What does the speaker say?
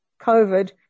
COVID